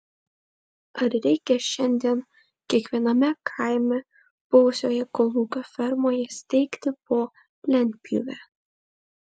ar reikia šiandien kiekviename kaime buvusioje kolūkio fermoje steigti po lentpjūvę